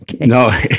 No